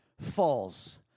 falls